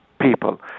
people